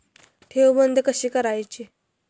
ठेव बंद कशी करायची?